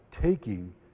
taking